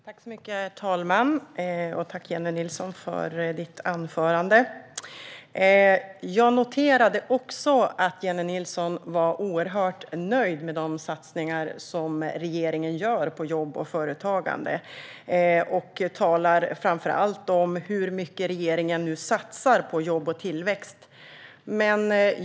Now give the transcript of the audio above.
Herr talman! Tack, Jennie Nilsson, för ditt anförande! Jag noterade också att Jennie Nilsson var oerhört nöjd med de satsningar som regeringen gör på jobb och företagande. Hon talar framför allt om hur mycket regeringen nu satsar på jobb och tillväxt.